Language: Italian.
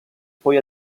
poi